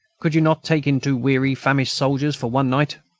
could you not take in two weary, famished soldiers for one night?